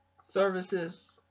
services